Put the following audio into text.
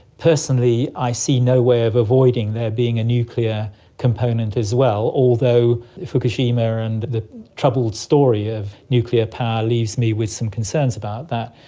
personally i see no way of avoiding there being a nuclear component as well, although fukushima and the troubled story of nuclear power leaves me with some concerns about that.